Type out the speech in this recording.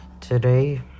today